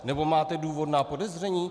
Nebo máte důvodná podezření?